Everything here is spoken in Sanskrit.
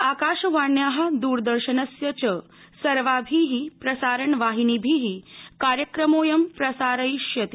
आकाशवाण्याः दरदर्शनस्य च सर्वाभिः प्रसारणवाहिनिभिः कार्यक्रमोऽयं प्रसारयिष्यते